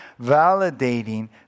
validating